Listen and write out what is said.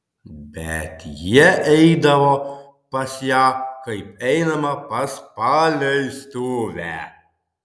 bet jie eidavo pas ją kaip einama pas paleistuvę